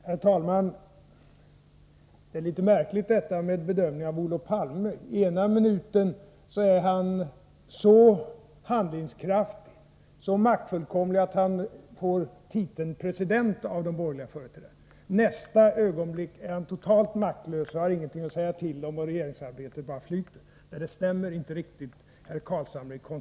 Herr talman! Denna bedömning av Olof Palme är litet märklig. Ena minuten är han så handlingskraftig och så maktfullkomlig att han får titeln president av företrädare för borgerligheten. Nästa ögonblick är han totalt maktlös och har ingenting att säga till om, och regeringsarbetet bara flyter. Det brister i konsekvens, herr Carlshamre.